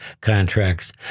contracts